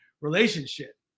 relationship